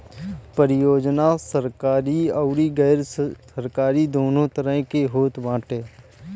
परियोजना सरकारी अउरी गैर सरकारी दूनो तरही के होत बाटे